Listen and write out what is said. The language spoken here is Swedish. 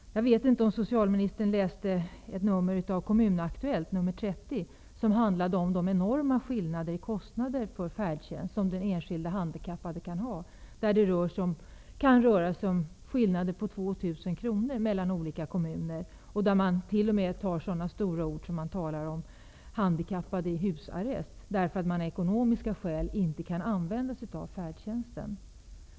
Jag vet inte om socialministern läste i Kommunaktuellt nr 30 om de enorma skillnader i kostnader för färdtjänst som enskilda handikappade kan ha. Det kan röra sig om skillnader på 2 000 kronor mellan olika kommuner. I Kommunaktuellt tar man t.o.m. till så stora ord, att man talar om att handikappade sitter i husarrest, eftersom de av ekonomiska skäl inte kan använda sig av färdtjänsten.